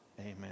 Amen